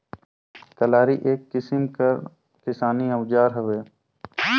कलारी एक किसिम कर किसानी अउजार हवे